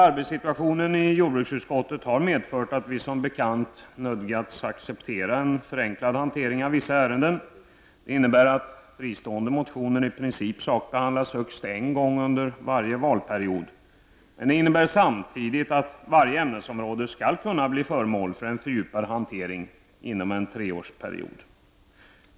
Arbetssituationen i jordbruksutskottet har medfört att vi som bekant nödgats acceptera en förenklad hantering av vissa ärenden. Det innebär att fristående motioner i princip sakbehandlas högst en gång under varje valperiod. Men det innebär samtidigt att varje ämnesområde skall kunna bli föremål för en fördjupad hantering inom en treårsperiod.